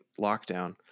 lockdown